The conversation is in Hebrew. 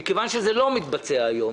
מכיוון שזה לא מתבצע היום,